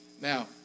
Now